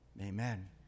Amen